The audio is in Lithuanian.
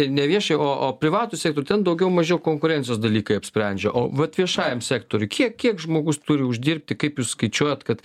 ne viešąjį o o privatų sektorių ten daugiau mažiau konkurencijos dalykai apsprendžia o vat viešajam sektoriui kiek kiek žmogus turi uždirbti kaip jūs skaičiuojat kad